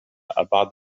أبعد